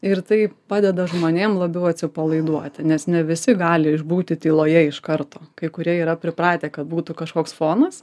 ir tai padeda žmonėm labiau atsipalaiduoti nes ne visi gali išbūti tyloje iš karto kai kurie yra pripratę kad būtų kažkoks fonas